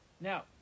Now